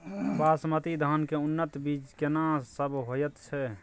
बासमती धान के उन्नत बीज केना सब होयत छै?